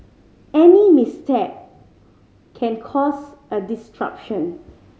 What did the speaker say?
any misstep can cause a disruption